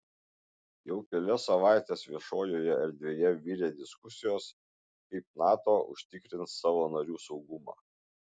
jau kelias savaites viešojoje erdvėje virė diskusijos kaip nato užtikrins savo narių saugumą